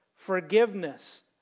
Forgiveness